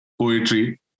poetry